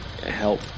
Help